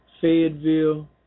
Fayetteville